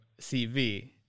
CV